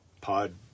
pod